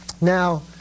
Now